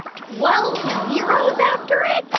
twelve zeros after it?